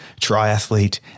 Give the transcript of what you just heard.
triathlete